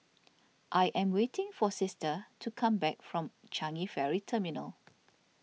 I am waiting for sister to come back from Changi Ferry Terminal